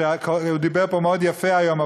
שדיבר פה מאוד יפה היום,